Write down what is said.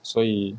所以